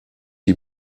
die